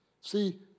See